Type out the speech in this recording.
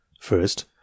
First